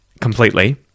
completely